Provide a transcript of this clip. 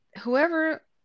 whoever